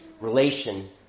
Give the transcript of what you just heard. relation